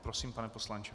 Prosím, pane poslanče.